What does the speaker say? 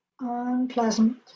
unpleasant